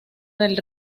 del